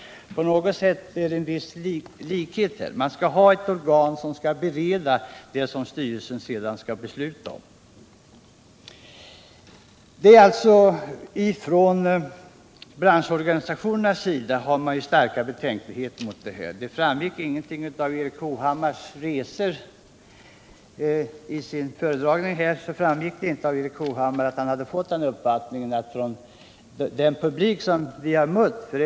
På något sätt finns det en viss likhet här — enligt förslaget skall man ju ha ett organ som skall bereda det som styrelsen sedan skall besluta om. Från branschorganisationernas sida har man starka betänkligheter mot detta. Av Erik Hovhammars inlägg framgick det inte att han fått den uppfattningen från den publik han har mött på sina resor.